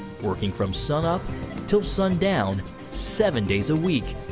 working from sun-up to sundown seven days a week.